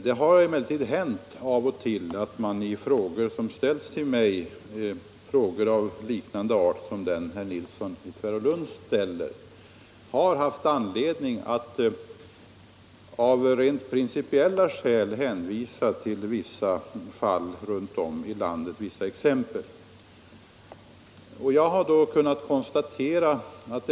Det har emellertuid av och till hänt att jag då frågor ställts till mig av liknande art som den herr Nilsson ställer har haft anledning att av rent principiella skäl hänvisa tll vissa exempel runt om i landet.